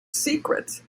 secret